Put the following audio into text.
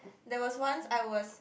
there was once I was